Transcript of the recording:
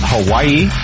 Hawaii